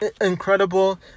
incredible